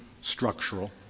structural